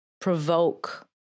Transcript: provoke